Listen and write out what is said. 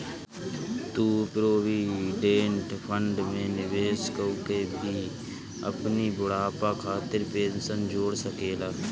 तू provident fund में निवेश कअ के भी अपनी बुढ़ापा खातिर पेंशन जोड़ सकेला